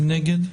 מי נגד?